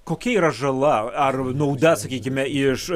kokia yra žala ar nauda sakykime iš